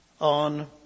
on